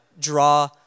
draw